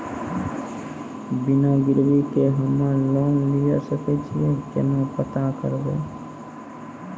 बिना गिरवी के हम्मय लोन लिये सके छियै केना पता करबै?